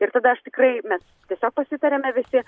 ir tada aš tikrai mes tiesiog pasitarėme visi